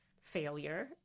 failure